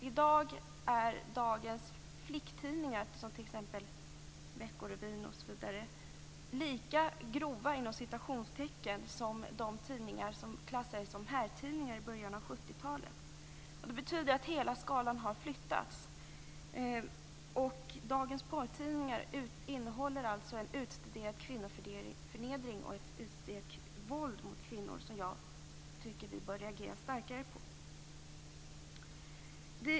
I dag är dagens flicktidningar, exempelvis Veckorevyn, lika "grova" som de tidningar som klassades som herrtidningar i början av 70-talet. Det betyder att hela skalan har flyttats. Dagens porrtidningar innehåller alltså en utstuderad kvinnoförnedring och ett utstuderat våld mot kvinnor som jag tycker att vi bör reagera starkare på.